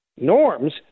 norms